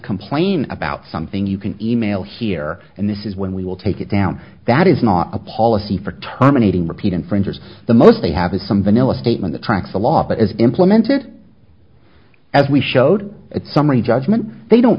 complain about something you can email here and this is when we will take it down that is not a policy for terminating repeat infringers the most they have is some villa statement attracts a lot but is implemented as we showed it summary judgment they don't